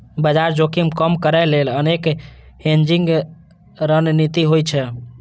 बाजार जोखिम कम करै लेल अनेक हेजिंग रणनीति होइ छै